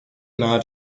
nahe